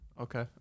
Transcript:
Okay